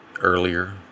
earlier